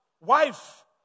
wife